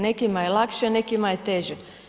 Nekima je lakše, a nekima je teže.